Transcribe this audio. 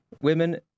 women